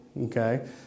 Okay